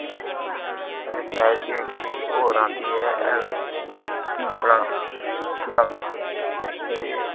कन्नै स्नैक्स बिच बी होर आंदी ऐ अपना केह् आंदा एह्